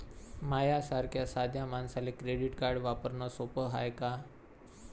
माह्या सारख्या साध्या मानसाले क्रेडिट कार्ड वापरने सोपं हाय का?